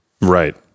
Right